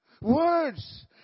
Words